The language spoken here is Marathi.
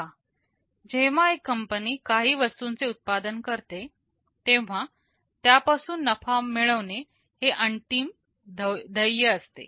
बघा जेव्हा एक कंपनी काही वस्तूंचे उत्पादन करते तेव्हा त्यापासून नफा मिळवणे हे अंतिम ध्येय असते